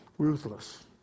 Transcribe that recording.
ruthless